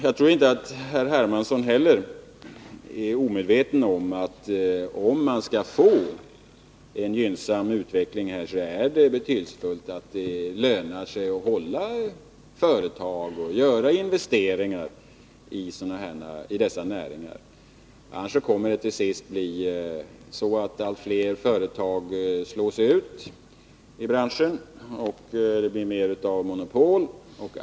Jag tror inte att herr Hermansson heller är omedveten om att det, för att vi skall få en gynnsam utveckling, är betydelsefullt att det lönar sig att driva företag och göra investeringar i dessa näringar. Annars kommer det till sist att bli så att allt fler företag i branschen slås ut och att vi får mer av monopol.